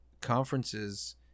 conferences